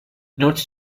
notes